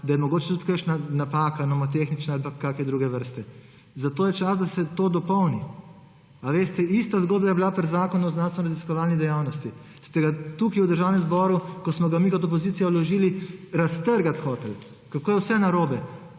da je mogoče tudi kakšna napaka, nomotehnična ali pa kakšne druge vrste, zato je čas, da se to dopolni. Ista zgodba je bila pri zakonu o znanstvenoraziskovalni dejavnosti. Tukaj v Državnem zboru, ko smo ga mi kot opozicija vložili, ste ga hoteli raztrgati, kako je vse narobe,